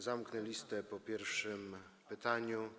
Zamknę listę po pierwszym pytaniu.